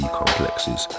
complexes